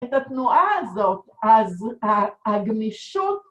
את התנועה הזאת, אז הגמישות